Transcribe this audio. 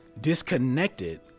disconnected